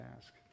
ask